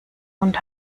und